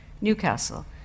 Newcastle